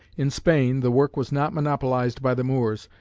in spain the work was not monopolised by the moors,